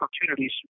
opportunities